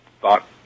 thought